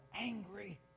angry